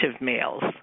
males